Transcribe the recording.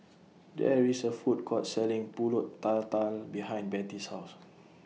There IS A Food Court Selling Pulut Tatal behind Betty's House